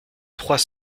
trois